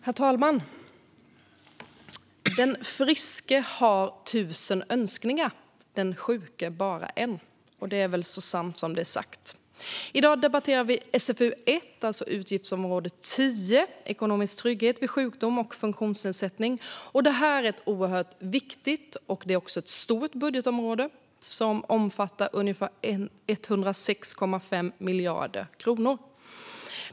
Herr talman! Den friske har tusen önskningar, men den sjuke har bara en. Det är så sant som det är sagt. I dag debatterar vi betänkande SfU1, U tgiftsområde 10 E konomisk trygghet vid sjukdom och funktionsnedsättning . Det här är ett viktigt och stort budgetområde som omfattar ungefär 106,5 miljarder kronor.